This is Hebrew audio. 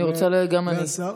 אני רוצה להעיר: גם אני.